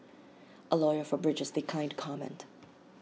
A lawyer for bridges declined to comment